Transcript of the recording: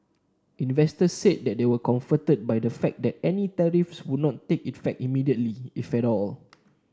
investors said they were comforted by the fact that any tariffs would not take effect immediately if at all